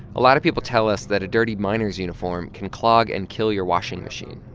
a lot of people tell us that a dirty miner's uniform can clog and kill your washing machine.